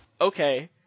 Okay